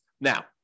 Now